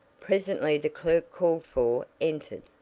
presently the clerk called for entered.